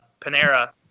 Panera